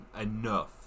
enough